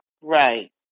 Right